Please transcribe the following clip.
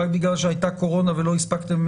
רק בגלל שהייתה קורונה ולא הספקתם?